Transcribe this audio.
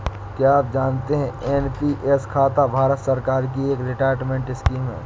क्या आप जानते है एन.पी.एस खाता भारत सरकार की एक रिटायरमेंट स्कीम है?